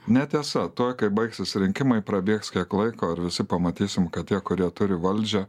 netiesa tuoj kai baigsis rinkimai prabėgs kiek laiko ir visi pamatysim kad tie kurie turi valdžią